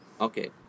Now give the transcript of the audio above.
Okay